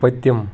پٔتِم